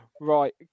right